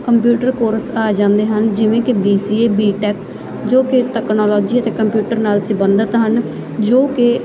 computer course ਆ ਜਾਂਦੇ ਹਨ ਜਿਵੇਂ ਕਿ B C A B tech ਜੋ ਕਿ ਤਕਨਾਲੋਜੀ ਅਤੇ ਕੰਪਿਊਟਰ ਨਾਲ ਸੰਬੰਧਿਤ ਹਨ ਜੋ ਕਿ